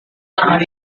lee